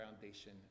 foundation